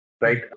right